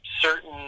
certain